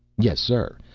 yes, sir,